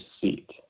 seat